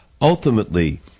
Ultimately